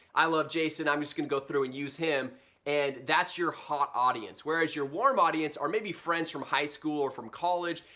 i love jason. i'm just gonna go through and use him and that's your hot audience whereas your warm audience are maybe friends from high school or from college.